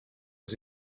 was